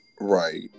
Right